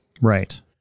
Right